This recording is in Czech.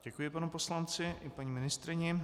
Děkuji panu poslanci i paní ministryni.